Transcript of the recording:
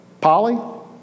Polly